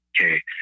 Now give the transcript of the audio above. okay